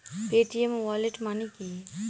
Paytm wallet মানে কি?